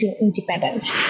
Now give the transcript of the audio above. independence